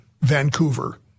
Vancouver